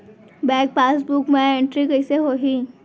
Bank passbook मा entry कइसे होही?